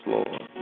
Lord